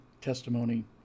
testimony